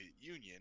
Union